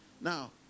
now